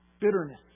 Bitterness